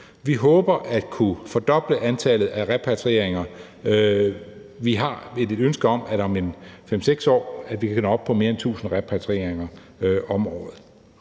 Vi håber at kunne fordoble antallet af repatrieringer. Vi har et ønske om, at vi om 5-6 år kan nå op på mere end 1.000 repatrieringer om året.